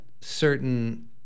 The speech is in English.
certain